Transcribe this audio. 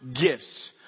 gifts